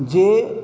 जे